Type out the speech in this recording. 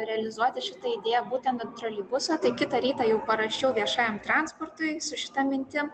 realizuoti šitą idėją būtent troleibuso tai kitą rytą jau parašiau viešajam transportui su šita mintim